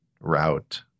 route